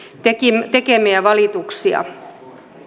tekemiä tekemiä valituksia